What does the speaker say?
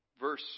Verse